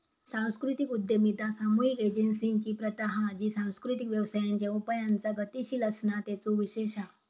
सांस्कृतिक उद्यमिता सामुहिक एजेंसिंची प्रथा हा जी सांस्कृतिक व्यवसायांच्या उपायांचा गतीशील असणा तेचो विशेष हा